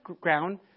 ground